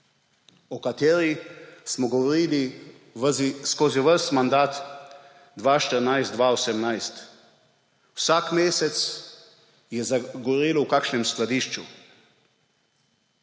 o kateri smo govorili skozi ves mandat 2014−2018. Vsak mesec je zagorelo v kakšnem skladišču,